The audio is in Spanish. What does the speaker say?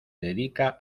dedica